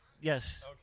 yes